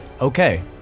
okay